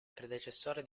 predecessore